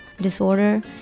disorder